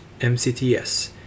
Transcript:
MCTS